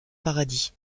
paradis